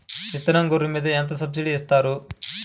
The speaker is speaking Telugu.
విత్తనం గొర్రు మీద ఎంత సబ్సిడీ ఇస్తారు?